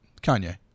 Kanye